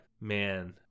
man